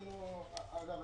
אגב,